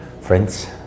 Friends